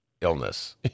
illness